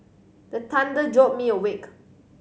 the thunder jolt me awake